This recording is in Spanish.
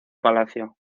palacio